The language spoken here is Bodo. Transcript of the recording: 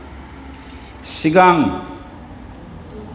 सिगां